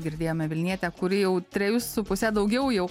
girdėjome vilnietę kuri jau trejus su puse daugiau jau